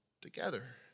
together